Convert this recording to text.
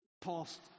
past